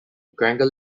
granger